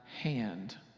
hand